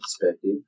perspective